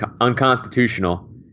unconstitutional